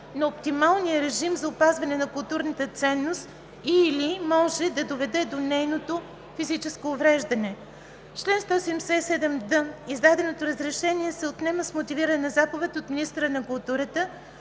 на оптималния режим за опазване на културната ценност и/или може да доведе до нейното физическо увреждане. Чл. 177д. Издадено разрешение се отнема с мотивирана заповед от министъра на културата